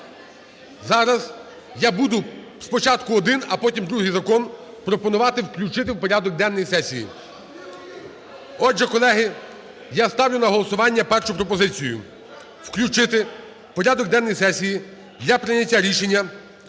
Зараз я буду спочатку один, а потім другий закон пропонувати включити в порядок денний сесії. Отже, колеги, я ставлю на голосування першу пропозицію: включити в порядок денний сесії для прийняття рішення